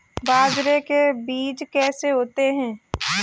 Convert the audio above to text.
बाजरे के बीज कैसे होते हैं?